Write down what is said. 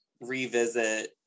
revisit